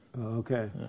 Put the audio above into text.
Okay